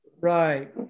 Right